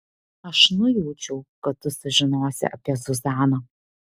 aš nujaučiau kad tu sužinosi apie zuzaną